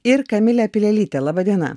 ir kamile pilelyte laba diena